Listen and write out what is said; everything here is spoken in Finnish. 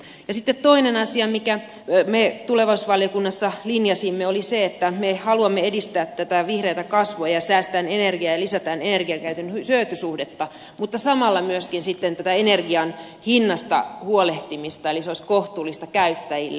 sitten toinen asia minkä me tulevaisuusvaliokunnassa linjasimme oli se että me haluamme edistää tätä vihreätä kasvua ja säästää energiaa ja lisätä energiankäytön hyötysuhdetta samalla myöskin sitten tätä energian hinnasta huolehtien niin että se olisi kohtuullista käyttäjille